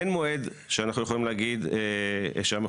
אין מועד שאנחנו יכולים להגיד שהמחוקק